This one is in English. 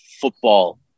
football